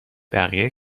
بقیه